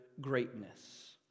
greatness